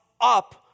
up